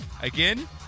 Again